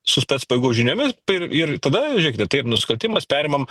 su spec pajėgų žiniomis pir ir tada žiūrėkite tai yr nusikaltimas perimam